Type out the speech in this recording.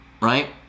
Right